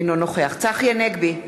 אינו נוכח צחי הנגבי,